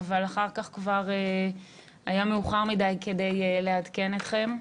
אבל אחר כך כבר היה מאוחר מדי מכדי לעדכן אתכם.